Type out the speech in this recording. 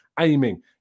Aiming